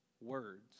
words